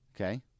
Okay